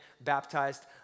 baptized